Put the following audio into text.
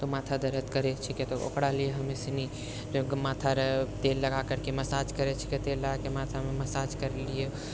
तऽ माथा दरद करै छिकै तऽ ओकरा लेल हमे सनी जब माथा तेल लगा करके मसाज करै छिकै तेल लगाके माथा मे मसाज करलियै